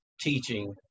teaching